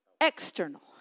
external